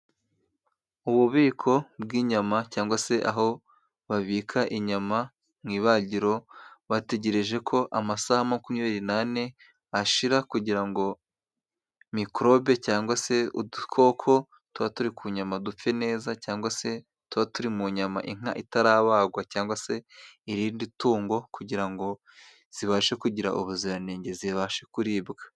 Ububiko bw'inyama cyangwa se aho babika inyama mu ibagiro, bategereje ko amasaha makumyabiri n'ane ashira, kugira ngo mikorobe cyangwa se udukoko tuba turi ku nyama dupfe neza, cyangwa se tuba turi mu nyama inka itarabagwa cyangwa se irindi tungo, kugira ngo zibashe kugira ubuziranenge zibashe kuribwa.